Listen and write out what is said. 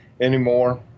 anymore